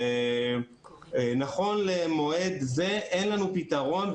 נכון למועד זה אין לנו פתרון.